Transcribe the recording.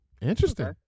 Interesting